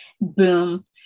boom